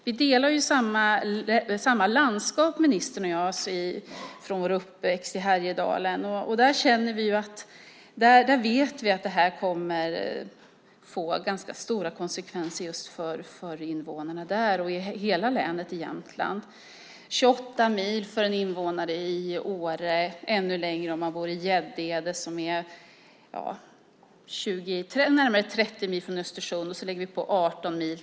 Vi delar samma landskap, ministern och jag, från vår uppväxt i Härjedalen. Där vet vi att det kommer att få ganska stora konsekvenser för invånarna där och för hela länet i Jämtland. Det är 28 mil för en invånare i Åre och ännu längre om man bor i Gäddede. Det är närmare 30 mil från Östersund, och sedan lägger vi på 18 mil.